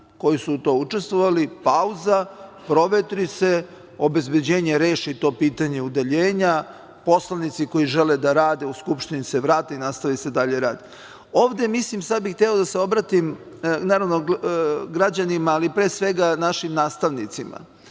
koji su u tome učestvovali, pauza, provetri se, obezbeđenje reši to pitanje udaljenja, poslanici koji žele da rade u Skupštini se vrate i nastavi se dalji rad. Ovde mislim, sada bih hteo da se obratim, naravno građanima, ali pre svega našim nastavnicima.